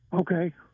Okay